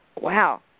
wow